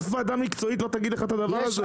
אף ועדה מקצועית לא תגיד לך את הדבר הזה.